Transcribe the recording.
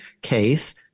case